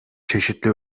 çeşitli